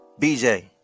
BJ